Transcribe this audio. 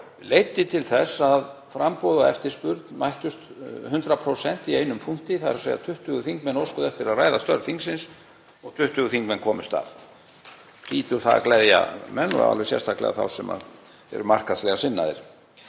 leiddi til þess að framboð og eftirspurn mættust 100% í einum punkti. 20 þingmenn óskuðu eftir að ræða störf þingsins og 20 þingmenn komust að. Hlýtur það að gleðja menn og alveg sérstaklega þá sem eru markaðslega sinnaðir.